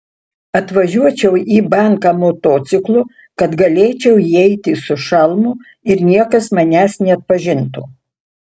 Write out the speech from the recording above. atvažiuočiau į banką motociklu kad galėčiau įeiti su šalmu ir niekas manęs neatpažintų